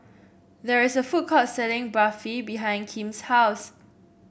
there is a food court selling Barfi behind Kim's house